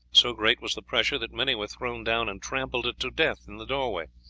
so great was the pressure that many were thrown down and trampled to death in the doorway.